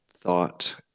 thought